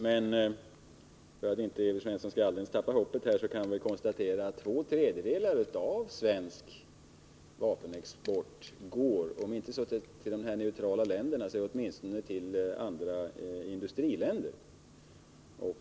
Men för att Evert Svensson inte alldeles skall förlora hoppet kan vi konstatera att två tr.djedelar av svensk vapenexport går, om inte till de neutrala länderna, så åtminstone till andra industriländer.